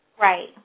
Right